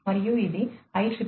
మరియు ఇది IEEE 2